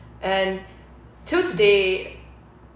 and till today